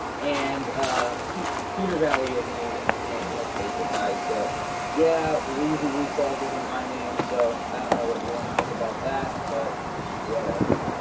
and um peter valley isn't even his name, let's face it guys. so yeah reezy resells isn't my name so i don't know what you want to think about that but whatever.